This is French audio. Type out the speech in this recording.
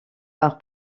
par